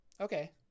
Okay